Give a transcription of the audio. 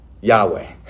Yahweh